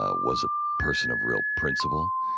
ah was a person of real principle.